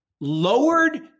lowered